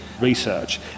research